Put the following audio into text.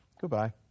Goodbye